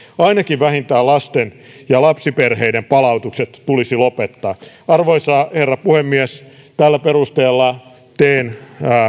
ainakin vähintään lasten ja lapsiperheiden palautukset tulisi lopettaa arvoisa herra puhemies tällä perusteella teen